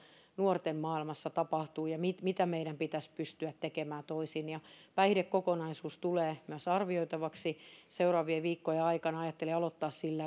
nuorten maailmassa tapahtuu ja mitä meidän pitäisi pystyä tekemään toisin päihdekokonaisuus tulee myös arvioitavaksi seuraavien viikkojen aikana ajattelin aloittaa sillä